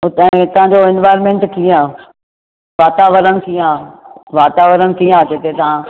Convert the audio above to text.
उतां हितां जो एनवाइरनमेंट कीअं आहे वातावरण कीअं आहे वातावरण कीअं आहे जिते तव्हां